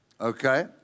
Okay